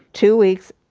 two weeks,